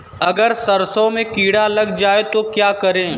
अगर सरसों में कीड़ा लग जाए तो क्या करें?